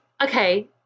Okay